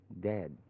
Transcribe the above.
Dead